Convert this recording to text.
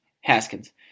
Haskins